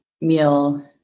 meal